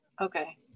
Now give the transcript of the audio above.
okay